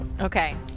Okay